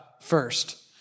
first